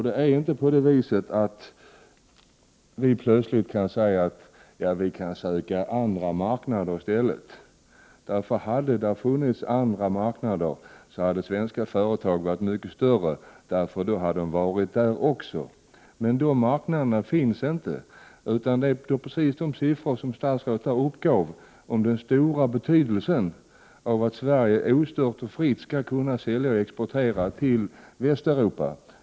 Vi kan inte plötsligt säga att vi kan söka andra marknader i stället. Hade det funnits andra marknader hade svenska företag varit mycket större, eftersom de då hade varit på dessa marknader också. Men de marknaderna finns inte. Det är precis som de siffror statsrådet uppgav angående den stora betydelsen av att Sverige ostört och fritt kan sälja och exportera till Västeuropa.